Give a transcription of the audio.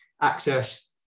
access